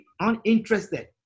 uninterested